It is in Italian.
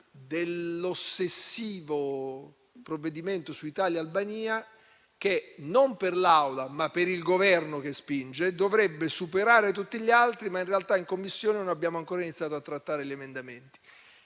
dell'ossessivo provvedimento su Italia-Albania che, non per volontà dell'Assemblea, ma per il Governo che spinge, dovrebbe superare tutti gli altri, ma in realtà in Commissione non abbiamo ancora iniziato a trattare gli emendamenti.